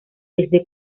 desde